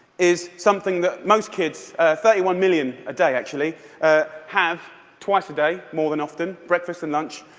is something that most kids thirty one million a day, actually ah have twice a day, more than often, breakfast and lunch,